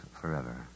forever